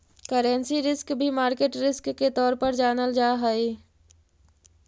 currency risk भी market risk के तौर पर जानल जा हई